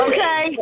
Okay